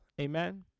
Amen